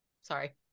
Sorry